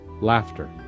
laughter